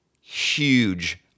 huge